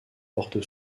porte